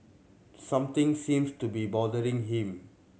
something seems to be bothering him